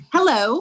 Hello